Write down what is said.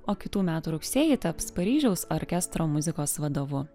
o kitų metų rugsėjį taps paryžiaus orkestro muzikos vadovu